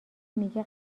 میگه